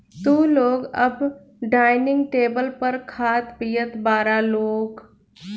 तू लोग अब डाइनिंग टेबल पर खात पियत बारा लोग